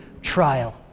trial